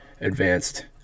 advanced